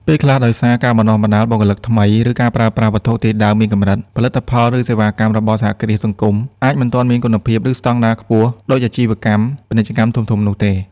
ពេលខ្លះដោយសារការបណ្តុះបណ្តាលបុគ្គលិកថ្មី ឬការប្រើប្រាស់វត្ថុធាតុដើមមានកម្រិត ផលិតផល ឬសេវាកម្មរបស់សហគ្រាសសង្គមអាចមិនទាន់មានគុណភាព ឬស្តង់ដារខ្ពស់ដូចអាជីវកម្មពាណិជ្ជកម្មធំៗនោះទេ។